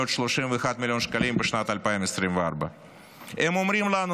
331 מיליון שקלים בשנת 2024. הם אומרים לנו,